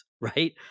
right